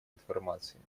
информацией